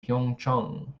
pyeongchang